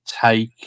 take